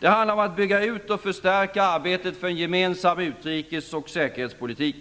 Det handlar om att bygga ut och förstärka arbetet för en gemensam utrikes och säkerhetspolitik.